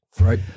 Right